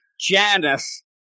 Janice